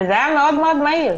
וזה היה מאוד מאוד מהיר.